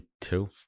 Two